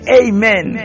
amen